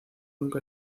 nunca